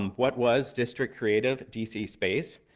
um what was district creative, d c. space?